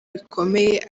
bikomeye